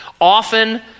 Often